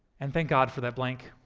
and thank god for that blank.